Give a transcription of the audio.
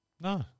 No